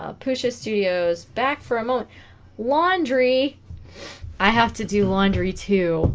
ah pushes studios back for a moment laundry i have to do laundry too